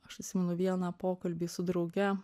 aš atsimenu vieną pokalbį su drauge